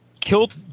killed